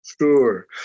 Sure